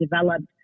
developed